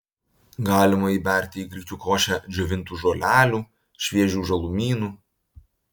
galima įberti į grikių košę džiovintų žolelių šviežių žalumynų